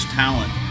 talent